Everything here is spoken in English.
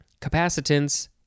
Capacitance